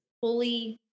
fully